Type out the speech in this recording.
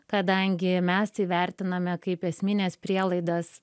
kadangi mes įvertiname kaip esmines prielaidas